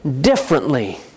differently